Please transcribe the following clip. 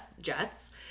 jets